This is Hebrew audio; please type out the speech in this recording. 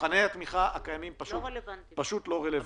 מבחני התמיכה הקיימים פשוט לא רלוונטיים.